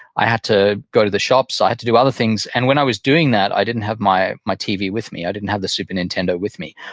i had to go to the shops. i had to do other things. and when i was doing that, i didn't have my my tv with me. i didn't have the super nintendo with me.